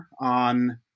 on